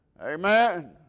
Amen